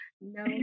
No